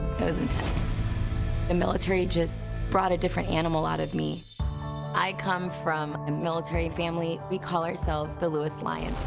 was intense the military just brought a different animal out of me i come from a military family. we call ourselves the lewis lewis lions.